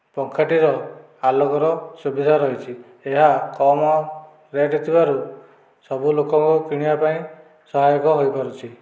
ପଙ୍ଖାଟିର ଆଲୋକର ସୁବିଧା ରହିଛି ଏହା କମ ରେଟ ଥିବାରୁ ସବୁ ଲୋକଙ୍କ କିଣିବା ପାଇଁ ସହାୟକ ହୋଇପାରୁଛି